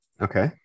Okay